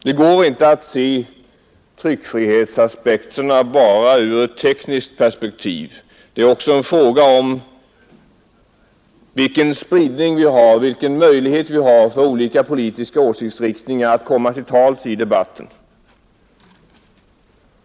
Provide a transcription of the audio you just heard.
Det går inte att se tryckfrihetsaspekterna bara ur ett tekniskt perspektiv; det är också en fråga om vilken spridning av åsikter vi har och vilka möjligheter olika politiska åsiktsriktningar har att komma till tals i debatten.